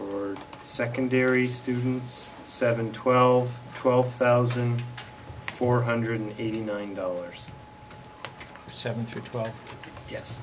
for secondary students seven twelve twelve thousand four hundred eighty nine dollars seven through twelve yes